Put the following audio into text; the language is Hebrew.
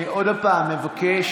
אני עוד פעם מבקש,